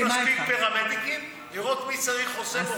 ואין לי מספיק פרמדיקים לראות מי צריך חוסם עורקים.